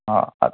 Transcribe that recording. हां अ